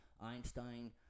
Einstein